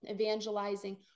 evangelizing